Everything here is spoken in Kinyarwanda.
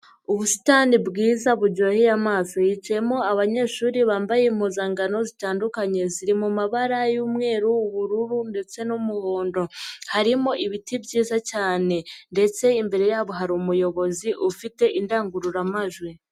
Ubusitani bwiza buryoheye amaso. Hicayemo abanyeshuri bambaye impuzangano zitandukanye. Ziri mu mabara y'umweru, ubururu ndetse n'umuhondo. Harimo ibiti byiza cyane ndetse imbere yabo hari umuyobozi ufite indangururamajwi.